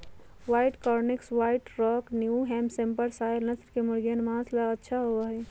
white Cornish, white rock, New Hampshire नस्ल के मुर्गियन माँस ला अच्छा होबा हई